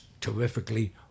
terrifically